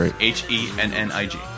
H-E-N-N-I-G